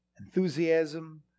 enthusiasm